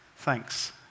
thanks